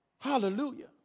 Hallelujah